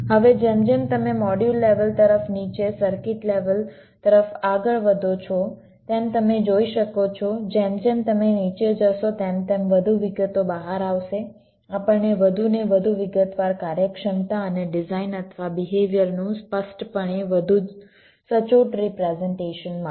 હવે જેમ જેમ તમે મોડ્યુલ લેવલ તરફ નીચે સર્કિટ લેવલ તરફ આગળ વધો છો તેમ તમે જોઈ શકો છો જેમ જેમ તમે નીચે જશો તેમ તેમ વધુ વિગતો બહાર આવશે આપણને વધુને વધુ વિગતવાર કાર્યક્ષમતા અને ડિઝાઇન અથવા બિહેવિયરનું સ્પષ્ટપણે વધુ સચોટ રિપ્રેઝન્ટેશન મળશે